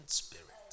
spirit